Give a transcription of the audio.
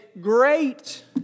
great